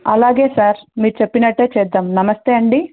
అలాగే సార్ మీరు చెప్పినట్టు చేద్దాం నమస్తే అండి